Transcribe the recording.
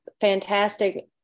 fantastic